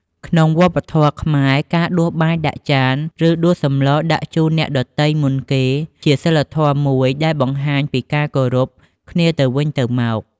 ក្នុងវប្បធម៌ខ្មែរ ការដួសបាយដាក់ចាន ឬដួសសម្លរដាក់ជូនអ្នកដទៃមុនគេ ជាសីលធម៌មួយដែលបង្ហាញពីការគោរពគ្នាទៅវិញទៅមក។